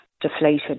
deflated